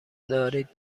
دارید